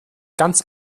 ganz